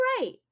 right